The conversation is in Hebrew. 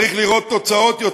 צריך לראות יותר תוצאות,